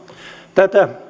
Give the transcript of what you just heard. tätä